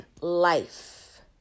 life